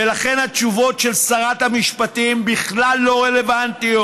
ולכן התשובות של שרת המשפטים בכלל לא רלוונטיות.